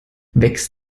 wächst